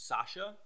Sasha